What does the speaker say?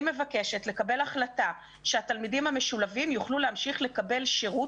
אני מבקשת לקבל החלטה שהתלמידים המשולבים יוכלו להמשיך לקבל שירות,